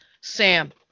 Sam